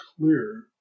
clear